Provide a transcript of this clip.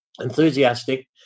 enthusiastic